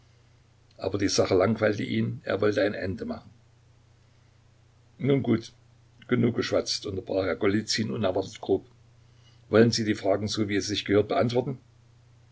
aber die sache langweilte ihn er wollte ein ende machen nun gut genug geschwatzt unterbrach er golizyn unerwartet grob wollen sie die fragen so wie es sich gehört beantworten